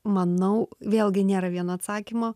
manau vėlgi nėra vieno atsakymo